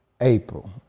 April